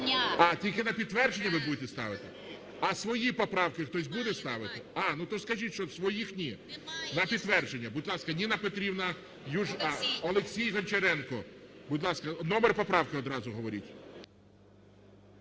А, тільки на підтвердження ви будете ставити. А свої поправки хтось буде ставити? А, ну, то скажіть, що своїх ні. На підтвердження. Будь ласка, Ніна Петрівна... А, Олексій Гончаренко, будь ласка. Номер поправки одразу говоріть.